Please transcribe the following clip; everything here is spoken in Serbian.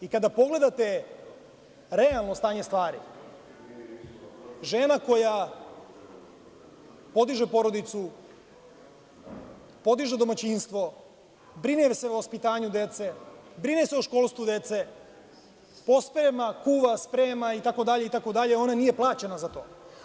I kada pogledate realno stanje stvari, žena koja podiže porodicu, podiže domaćinstvo, brine se o vaspitanju dece, brine se o školstvu dece, posprema, kuva, sprema itd, itd, ona nije plaćena za to.